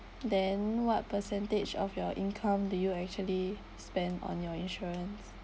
then what percentage of your income do you actually spend on your insurance